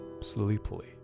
sleepily